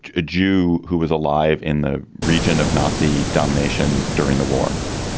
a jew, who was alive in the region of nazi domination during the war,